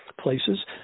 places